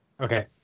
Okay